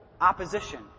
opposition